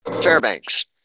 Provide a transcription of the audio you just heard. Fairbanks